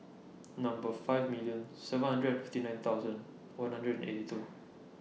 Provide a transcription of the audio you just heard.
Number five million seven hundred and fifty nine thousand one hundred and eighty two